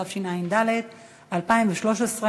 התשע"ד 2013,